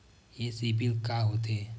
ये सीबिल का होथे?